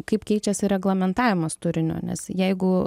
kaip keičiasi reglamentavimas turinio nes jeigu